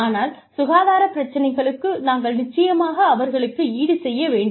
ஆனால் சுகாதார பிரச்சினைகளுக்கு நாங்கள் நிச்சயமாக அவர்களுக்கு ஈடுசெய்ய வேண்டும்